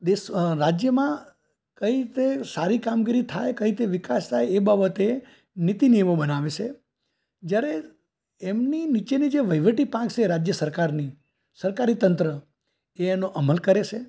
દેશ રાજ્યમાં કઈ રીતે સારી કામગીરી થાય કઈ રીતે વિકાસ થાય એ બાબત એ નીતિ નિયમો બનાવે છે જયારે એમની નીચેની જે વહીવટી પાંખ છે રાજ્ય સરકારની સરકારી તંત્ર એ એનો અમલ કરે છે